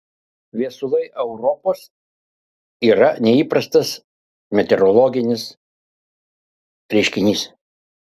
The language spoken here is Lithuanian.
viesulai europos yra neįprastas meteorologinis reiškinys